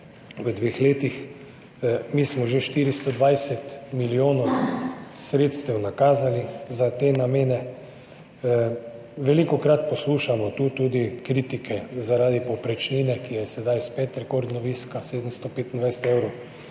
v dveh letih. Mi smo že 420 milijonov sredstev nakazali za te namene. Velikokrat poslušamo tu tudi kritike zaradi povprečnine, ki je sedaj spet rekordno visoka, 725 evrov.